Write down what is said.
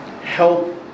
help